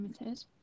limited